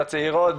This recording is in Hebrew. בצעירות,